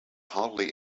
hardly